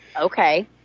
Okay